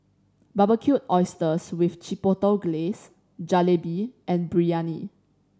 Barbecued Oysters with Chipotle Glaze Jalebi and Biryani